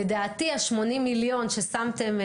לדעתי ה-80 מיליון ששמתם,